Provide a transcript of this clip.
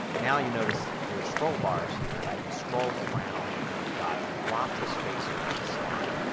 now you notice there are scroll bars here. and i can scroll around and i've got lots of space around the slide.